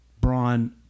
Braun